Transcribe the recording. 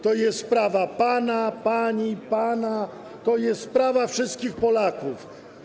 To jest sprawa pana, pani, pana, to jest sprawa wszystkich Polaków.